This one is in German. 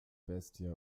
bestie